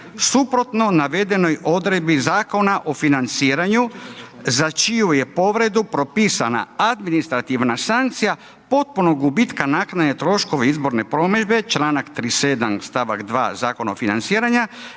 suprotno navedenoj odredbi Zakona o financiranju za čiju je povredu propisana administrativna sankcija, potpunog gubitka naknade troškova izborne promidžbe, čl. 37. st. 2. Zakona o financiranju